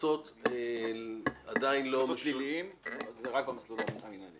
שקנסות עדיין לא --- קנסות פליליים זה רק במסלול המינהלי.